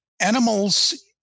animals